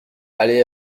aller